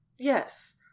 yes